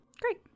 great